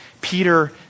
Peter